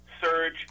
surge